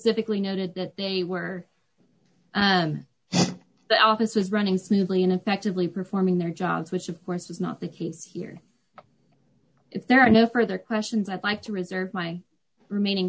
difficulty noted that they were and the office is running smoothly and effectively performing their jobs which of course is not the case here if there are no further questions i'd like to reserve my remaining